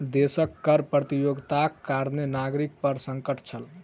देशक कर प्रतियोगिताक कारणें नागरिक पर संकट छल